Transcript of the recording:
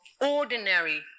ordinary